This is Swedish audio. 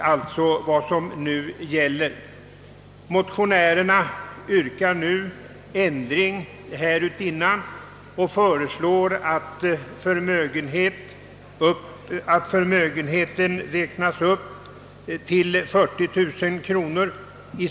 Motionärerna föreslår nu, att beloppet 30 000 kronor höjes till 40 000 kronor.